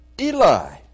Eli